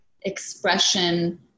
expression